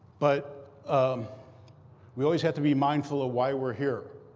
but um we always have to be mindful of why we're here.